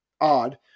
odd